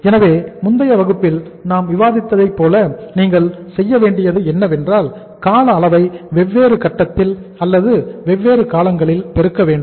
எனவே முந்தைய வகுப்பில் நாம் விவாதிப்பதை போல நீங்கள் செய்ய வேண்டியது என்னவென்றால் கால அளவை வெவ்வேறு கட்டத்தில் அல்லது வெவ்வேறு காலங்களில் பெருக்க வேண்டும்